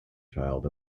child